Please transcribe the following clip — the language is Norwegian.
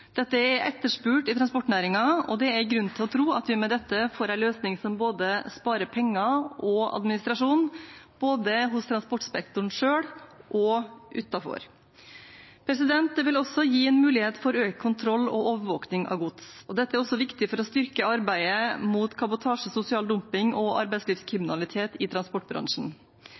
Dette er etterspurt i transportnæringen, og det er grunn til å tro at vi med dette får en løsning som sparer penger og administrasjon både i transportsektoren selv og utenfor. Det vil også gi en mulighet for økt kontroll og overvåking av gods. Dette er også viktig for å styrke arbeidet mot kabotasje, sosial dumping og arbeidslivskriminalitet i transportbransjen.